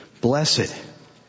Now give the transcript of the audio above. Blessed